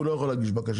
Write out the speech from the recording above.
הוא לא יכול להגיש בקשה,